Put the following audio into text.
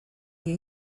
dia